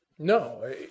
No